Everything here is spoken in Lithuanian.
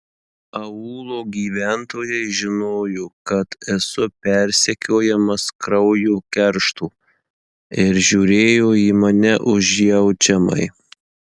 aūlo gyventojai žinojo kad esu persekiojamas kraujo keršto ir žiūrėjo į mane užjaučiamai